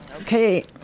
Okay